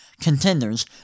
contenders